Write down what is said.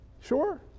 Sure